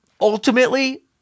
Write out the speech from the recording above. Ultimately